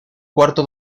cuarto